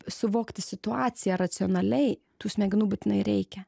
suvokti situaciją racionaliai tų smegenų būtinai reikia